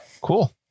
Cool